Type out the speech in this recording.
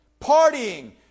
partying